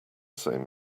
same